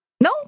No